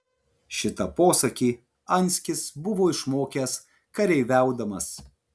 šitą posakį anskis buvo išmokęs kareiviaudamas